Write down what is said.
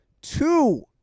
two